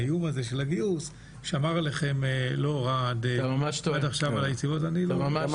האיום הזה של הגיוס שמר עליכם לא רע עד היום --- אתה ראית כאלה